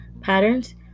patterns